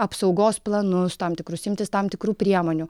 apsaugos planus tam tikrus imtis tam tikrų priemonių